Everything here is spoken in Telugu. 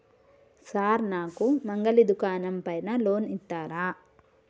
సార్ నాకు మంగలి దుకాణం పైన లోన్ ఇత్తరా?